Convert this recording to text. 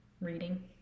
reading